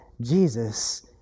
Jesus